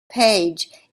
page